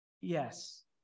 Yes